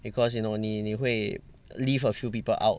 because you know 你你会 leave a few people out